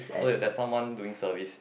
so that there are someone doing service